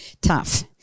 tough